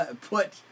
put